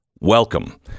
Welcome